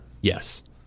Yes